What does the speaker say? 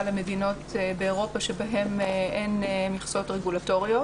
למדינות באירופה שבהן אין מכסות רגולטוריות.